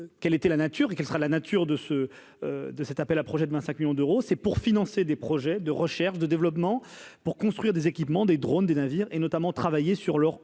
quelle était la nature, quelle sera la nature de ce de cet appel à projets de 25 millions d'euros, c'est pour financer des projets de recherche, de développement pour construire des équipements, des drônes, des navires et notamment travailler sur leur